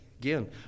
again